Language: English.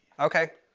okay.